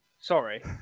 Sorry